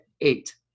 eight